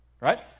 right